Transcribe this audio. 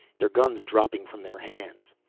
their guns dropping from their hands.